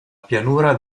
pianura